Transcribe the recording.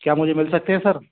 क्या मुझे मिल सकते हैं सर